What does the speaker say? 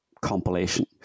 compilation